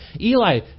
Eli